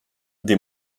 des